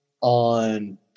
on